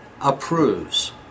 approves